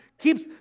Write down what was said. keeps